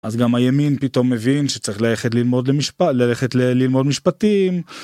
אז גם הימין פתאום מבין שצריך ללכת ללמוד משפטים.